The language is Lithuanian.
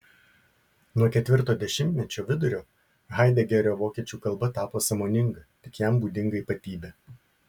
nuo ketvirto dešimtmečio vidurio haidegerio vokiečių kalba tapo sąmoninga tik jam būdinga ypatybe